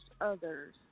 others